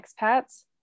expats